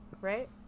right